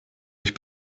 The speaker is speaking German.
euch